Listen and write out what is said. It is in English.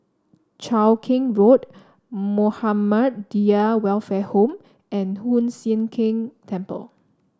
Cheow Keng Road Muhammadiyah Welfare Home and Hoon Sian Keng Temple